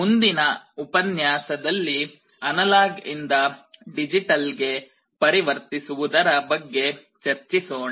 ಮುಂದಿನ ಉಪನ್ಯಾಸದಲ್ಲಿ ಅನಲಾಗ್ ಇಂದ ಡಿಜಿಟಲ್ ಗೆ ಪರಿವರ್ತಿಸುವುದರ ಬಗ್ಗೆ ಚರ್ಚಿಸೋಣ